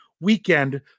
weekend